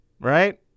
Right